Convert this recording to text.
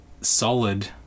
solid